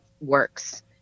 works